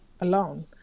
alone